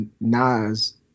Nas